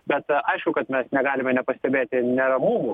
bet aišku kad mes negalime nepastebėti neramumų